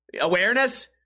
awareness